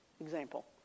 example